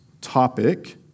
topic